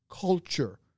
culture